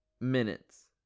Minutes